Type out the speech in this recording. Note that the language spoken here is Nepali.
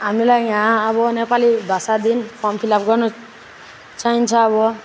हामीलाई यहाँ अब नेपाली भाषादेखि फर्म फिल अप गर्नु चाहिन्छ अब